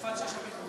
יפעת שאשא ביטון.